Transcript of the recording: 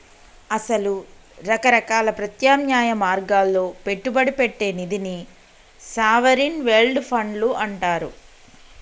అసలు రకరకాల ప్రత్యామ్నాయ మార్గాల్లో పెట్టుబడి పెట్టే నిధిని సావరిన్ వెల్డ్ ఫండ్లు అంటారు